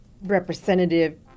representative